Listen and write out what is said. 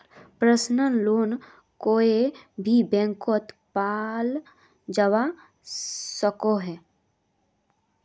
personal loan कोए भी बैंकोत पाल जवा सकोह